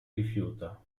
rifiuta